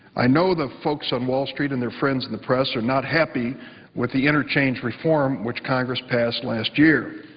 i know the folks on wall street and their friends in the press are not happy with the interchange reform which congress passed last year.